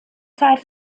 zeit